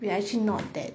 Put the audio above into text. we are actually not that